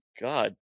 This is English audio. God